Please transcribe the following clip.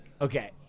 Okay